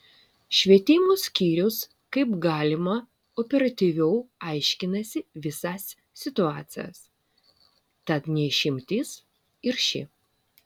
švietimo skyrius kaip galima operatyviau aiškinasi visas situacijas tad ne išimtis ir ši